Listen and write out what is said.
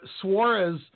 Suarez